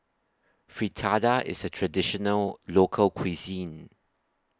Fritada IS A Traditional Local Cuisine